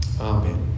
Amen